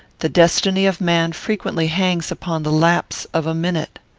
the destiny of man frequently hangs upon the lapse of a minute.